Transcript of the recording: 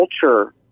culture